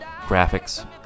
graphics